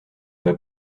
pas